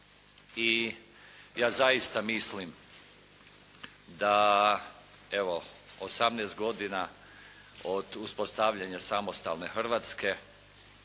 I ja zaista mislim da evo 18 godina od uspostavljanja samostalne Hrvatske,